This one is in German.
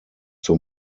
zur